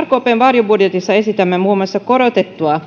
rkpn varjobudjetissa esitämme muun muassa korotettua